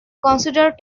consider